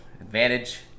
Advantage